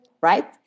right